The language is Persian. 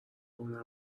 کنم